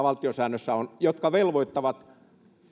valtiosäännössä on jotka velvoittavat